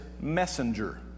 messenger